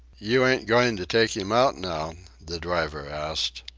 you ain't going to take him out now? the driver asked.